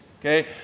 okay